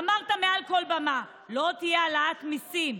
אמרת מעל כל במה: לא תהיה העלאת מיסים,